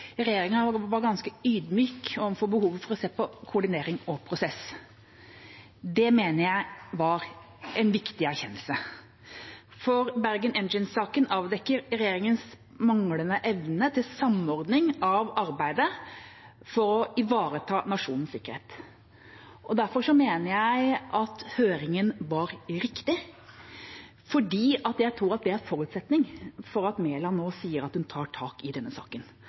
regjeringa var ganske ydmyk overfor behovet for å se på koordinering og prosess. Det mener jeg var en viktig erkjennelse, for Bergen Engines-saken avdekker regjeringas manglende evne til samordning av arbeidet for å ivareta nasjonens sikkerhet. Derfor mener jeg at høringen var riktig, fordi jeg tror at det var en forutsetning for at Mæland nå sier at hun tar tak i denne saken.